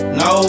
no